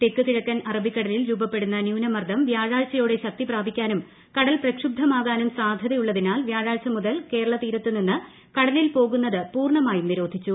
തെക്കു കിഴക്കൻ അറബിക്കടലിൽ രൂപപ്പെടുന്ന ന്യൂനമർദം വ്യാഴാഴ്ചയോടെ ശക്തിപ്രാപിക്കാനും കടൽ പ്രക്ഷുബ്പമാകാനും സാധ്യതയുള്ളതിനാൽ വ്യാഴാഴ്ച മുതൽ കേരള തീരത്ത് നിന്ന് കടലിൽ പോകുന്നത് പൂർണ്ണമായും നിരോധിച്ചു